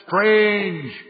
strange